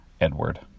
Edward